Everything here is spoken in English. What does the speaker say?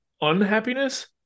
unhappiness